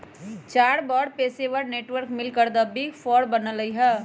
चार बड़ पेशेवर नेटवर्क मिलकर द बिग फोर बनल कई ह